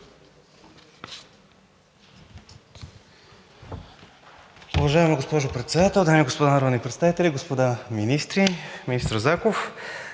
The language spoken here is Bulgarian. Уважаема госпожо Председател, дами и господа народни представители, господа министри, министър Заков!